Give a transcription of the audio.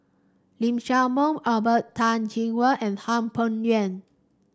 Lee Shao Meng Robert Tan Jee Keng and Hwang Peng Yuan